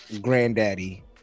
Granddaddy